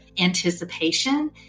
anticipation